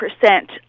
percent